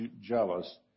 jealous